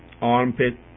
armpit